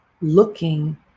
looking